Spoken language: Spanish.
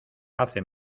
hace